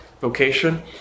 vocation